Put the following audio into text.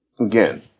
Again